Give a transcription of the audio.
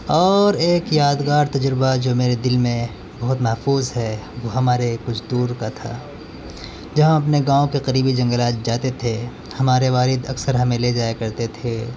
اور ایک یادگار تجربہ جو میرے دل میں بہت محفوظ ہے وہ ہمارے کچھ دور کا تھا جہاں اپنے گاؤں کے قریبی جنگلات جاتے تھے ہمارے والد اکثر ہمیں لے جایا کرتے تھے